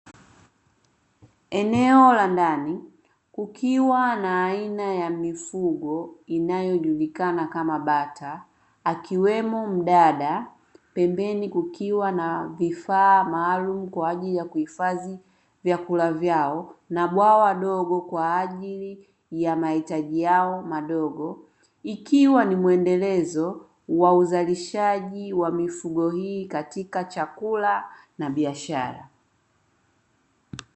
Eneo la ndani kukiwa na aina ya mifugo inayojulikana kama bata, akiwemo mdada. Pembeni kukiwa na vifaa maalumu kwa ajili ya kuhifadhi vyakula vyao na bwawa dogo kwa ajili ya mahitaji yao madogo. Ikiwa ni mwendelezo wa uzalishaji wa mifugo hii katika chakula na biashara.